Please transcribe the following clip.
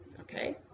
okay